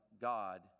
God